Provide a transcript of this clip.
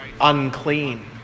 unclean